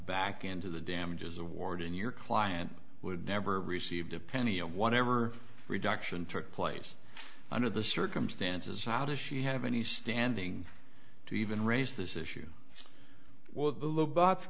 back into the damages award in your client would never received a penny of whatever reduction took place under the circumstances how does she have any standing to even raise this issue well the little box